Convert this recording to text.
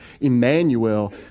Emmanuel